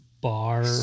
bar